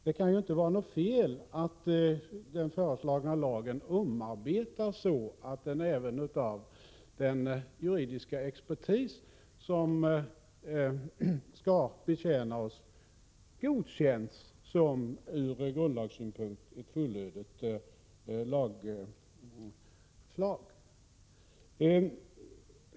Det kan inte vara något fel att den föreslagna lagen omarbetas så att den även av den juridiska expertis som skall betjäna oss godkänns som ett ur grundlagssynpunkt fullödigt lagförslag.